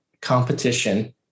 competition